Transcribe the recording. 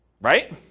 right